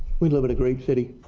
we live in great city.